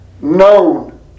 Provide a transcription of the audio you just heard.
known